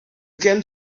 came